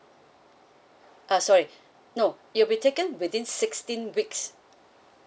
uh sorry no it'll be taken within sixteen weeks